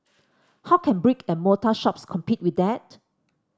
how can brick and mortar shops compete with that